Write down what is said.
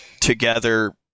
together